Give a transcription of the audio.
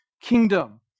kingdom